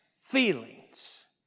feelings